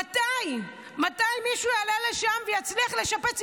מתי מישהו יעלה לשם ויצליח לשפץ?